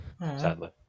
sadly